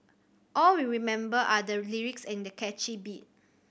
all we remember are the lyrics and catchy beat